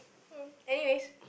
uh anyways